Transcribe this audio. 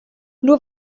nur